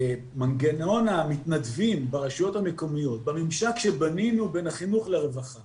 מנגנון המתנדבים ברשויות המקומיות בממשק שבנינו בין החינוך לרווחה